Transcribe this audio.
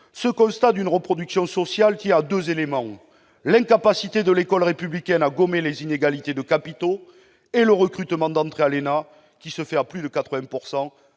Ce constat d'une reproduction sociale tient à deux éléments : l'incapacité de l'école républicaine à gommer les inégalités de capitaux et le recrutement d'entrée à l'ENA, qui se fait à plus de 80